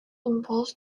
involves